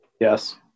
Yes